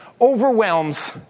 overwhelms